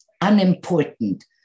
unimportant